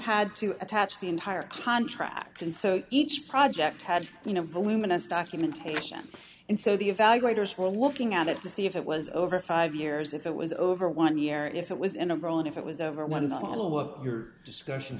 had to attach the entire contract and so each project had you know balloonist documentation and so the evaluators were looking at it to see if it was over five years if it was over one year if it was in a row and if it was over one of them all of your discussions